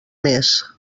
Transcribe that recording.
mes